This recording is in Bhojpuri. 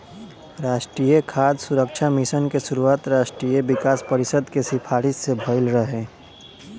राष्ट्रीय खाद्य सुरक्षा मिशन के शुरुआत राष्ट्रीय विकास परिषद के सिफारिस से भइल रहे